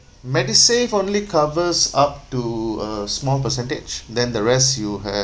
MediSave only covers up to a small percentage than the rest you have